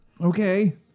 Okay